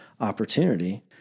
opportunity